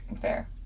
fair